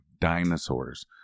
dinosaurs